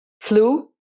flu